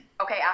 okay